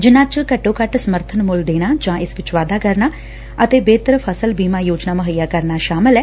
ਜਿਨਾਂ ਚ ਘੱਟੋ ਘੱਟ ਸਮਰਬਨ ਮੁੱਲ ਦੇਣਾ ਜਾਂ ਇਸ ਚ ਵਾਧਾ ਕਰਨਾ ਅਤੇ ਬਿਹਤਰ ਫਸਲ ਬੀਮਾ ਯੋਜਨਾ ਮੁਹੱਈਆ ਕਰਨਾ ਸ਼ਾਮਲ ਐ